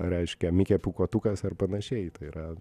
reiškia mikė pūkuotukas ar panašiai tai yra